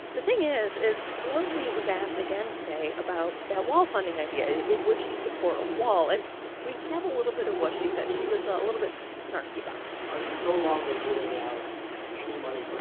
the thing is is pelosi was asked again today about that wall funding idea. would she support a wall? and we have a little bit of what she said. she was ah a little bit snarky about it are you no longer ruling out any